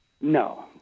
No